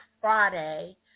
Friday